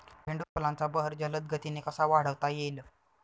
झेंडू फुलांचा बहर जलद गतीने कसा वाढवता येईल?